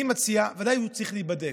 ודאי הוא צריך להיבדק.